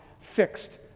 fixed